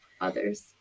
others